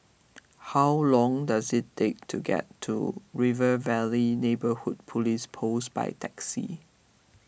how long does it take to get to River Valley Neighbourhood Police Post by taxi